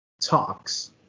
talks